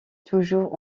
toujours